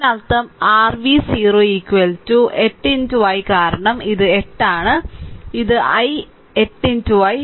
ഇതിനർത്ഥം r v 0 8 i കാരണം ഇത് 8 ആണ് ഇത് i 8 i